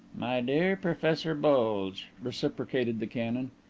my dear professor bulge! reciprocated the canon.